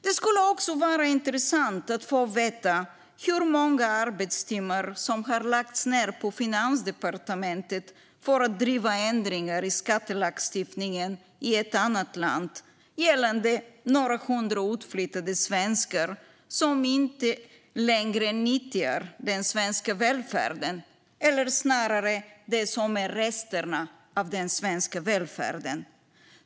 Det skulle vara intressant att få veta hur många arbetstimmar som har lagts ned på Finansdepartementet för att driva ändringar i skattelagstiftningen i ett annat land gällande några hundra utflyttade svenskar som inte längre nyttjar den svenska välfärden, eller snarare det som är resterna av den svenska välfärden.